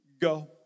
go